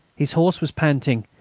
his horse was panting,